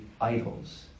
idols